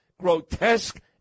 grotesque